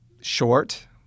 short